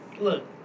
Look